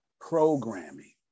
programming